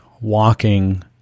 walking